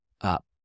up